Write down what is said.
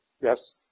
Yes